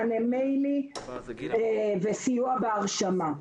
המענה במיילים וסיוע בהרשמה.